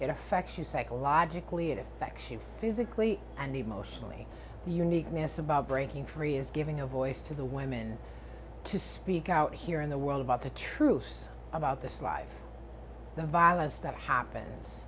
it affects you psychologically it affects you physically and emotionally uniqueness about breaking free is giving a voice to the women to speak out here in the world about the truth about this life the violence that happens